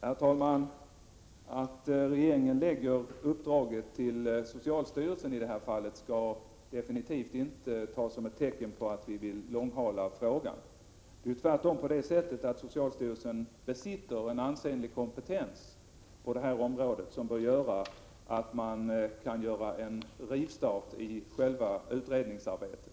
Herr talman! Att regeringen gav socialstyrelsen detta uppdrag skall absolut inte tas som ett tecken på att vi vill långhala frågan. Tvärtom är det så att socialstyrelsen besitter en ansenlig kompetens på det här området, vilket innebär att man bör kunna göra en rivstart i själva utredningsarbetet.